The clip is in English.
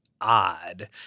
odd